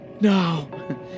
No